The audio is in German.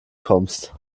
kommst